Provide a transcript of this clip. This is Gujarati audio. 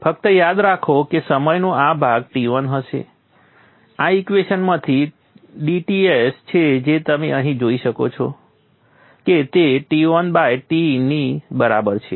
ફક્ત યાદ રાખો કે સમયનો આ ભાગ Ton હવે આ ઈક્વેશનમાંથી dTs છે જે તમે અહીં જોઈ શકો છો કે તે TonT ની બરાબર છે